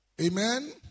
Amen